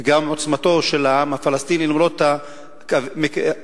וגם עוצמתו של העם הפלסטיני,